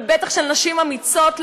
ובטח של נשים אמיצות,